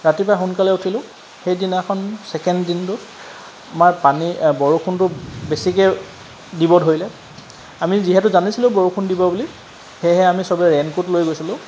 ৰাতিপুৱা সোনকালে উঠিলোঁ সেইদিনাখন চেকেণ দিনটো আমাৰ পানী বৰষুণটো বেছিকৈ দিব ধৰিলে আমি যিহেতু জানিছিলোঁ বৰষুণ দিব বুলি সেয়েহে আমি চবেই ৰেইণকোট লৈ গৈছিলোঁ